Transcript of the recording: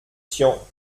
tian